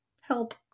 help